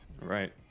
Right